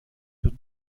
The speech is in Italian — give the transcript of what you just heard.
più